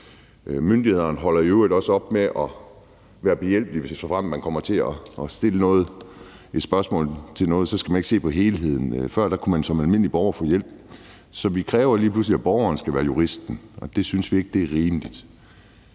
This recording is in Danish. Myndighederne holder i øvrigt også op med at være behjælpelige. Hvis og såfremt nogen stiller et spørgsmål til noget, skal man ikke se på helheden. Før kunne man som almindelig borger få hjælp. Så vi kræver lige pludselig, at borgeren skal være jurist, og det synes vi ikke er rimeligt.